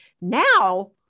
Now